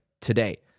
today